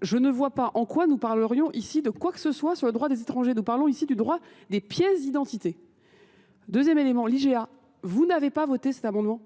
Je ne vois pas en quoi nous parlerions ici de quoi que ce soit sur le droit des étrangers. Nous parlons ici du droit des pièces identité. Deuxième élément, l'IGA, vous n'avez pas voté cet amendement ?